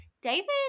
David